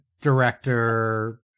Director